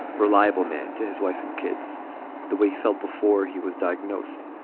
reliable man to his wife and kids the way he felt before he was diagnosed.